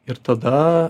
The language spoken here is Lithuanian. ir tada